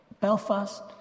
Belfast